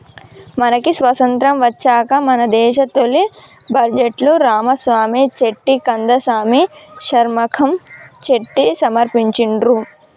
మనకి స్వతంత్రం వచ్చాక మన దేశ తొలి బడ్జెట్ను రామసామి చెట్టి కందసామి షణ్ముఖం చెట్టి సమర్పించిండ్రు